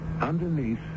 underneath